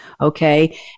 Okay